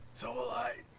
so will i.